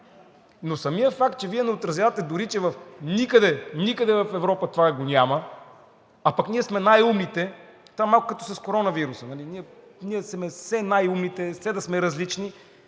Но самият факт, че Вие не отразявате дори, че никъде в Европа това го няма, а пък ние сме най-умните, това малко като с коронавируса – ние сме все най-умните, все да сме различни